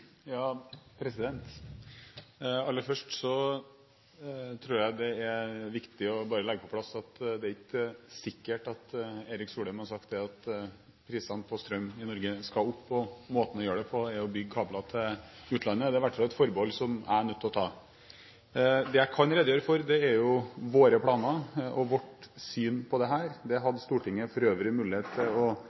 Aller først tror jeg det er viktig å legge på plass at det ikke er sikkert at Erik Solheim har sagt at prisene på strøm i Norge skal opp, og at måten å gjøre det på er å bygge kabler til utlandet. Det er i hvert fall et forbehold som jeg er nødt til å ta. Det jeg kan redegjøre for, er våre planer og vårt syn på dette. Det hadde Stortinget for øvrig mulighet til å